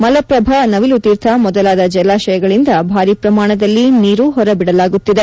ಮಲಪ್ಪಭ ನವಿಲುತೀರ್ಥ ಮೊದಲಾದ ಜಲಾಶಯಗಳಿಂದ ಭಾರಿ ಪ್ರಮಾಣದಲ್ಲಿ ನೀರು ಹೊರಬಿಡಲಾಗುತ್ತಿದೆ